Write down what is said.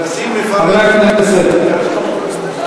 מנסים לפרש את מה שאת אומרת.